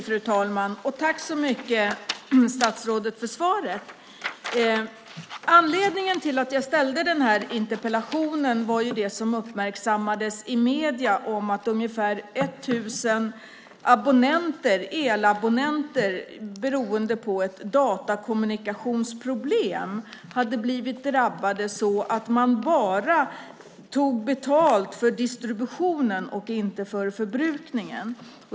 Fru talman! Jag tackar statsrådet för svaret. Anledningen till att jag ställde denna interpellation var det som uppmärksammades i medierna om att ungefär 1 000 elabonnenter på grund av ett datakommunikationsproblem hade blivit drabbade så att elbolaget tog betalt bara för distributionen och inte för förbrukningen.